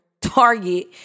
target